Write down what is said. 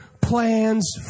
plans